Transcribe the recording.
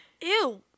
Ew